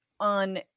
On